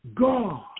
God